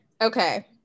okay